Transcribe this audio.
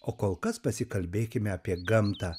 o kol kas pasikalbėkime apie gamtą